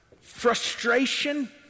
frustration